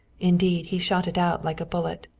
indeed he shot it out like a bullet.